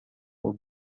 for